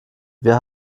wir